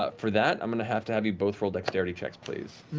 ah for that, i'm going to have to have you both roll dexterity checks, please.